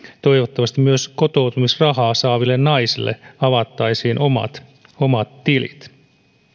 toivottavasti myös kotoutumisrahaa saaville naisille avattaisiin omat omat tilit